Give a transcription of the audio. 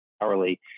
hourly